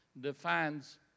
defines